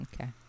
Okay